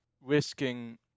risking